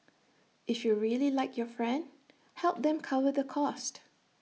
if you really like your friend help them cover the cost